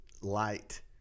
light